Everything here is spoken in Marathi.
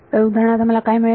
तर उदाहरणार्थ मला काय मिळेल